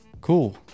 cool